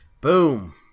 boom